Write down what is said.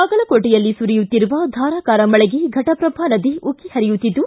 ಬಾಗಲಕೋಟೆಯಲ್ಲಿ ಸುರಿಯುತ್ತಿರುವ ಧಾರಾಕಾರ ಮಳೆಗೆ ಫಟಪ್ರಭಾ ನದಿ ಉಕ್ಕಿ ಹರಿಯುತ್ತಿದ್ದು